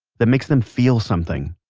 that makes them feel something,